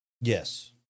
Yes